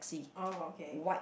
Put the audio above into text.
oh okay